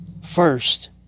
First